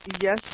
yes